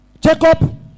Jacob